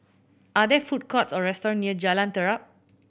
are there food courts or restaurant near Jalan Terap